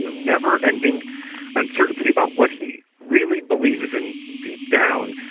never-ending uncertainty about what he really believes in deep down,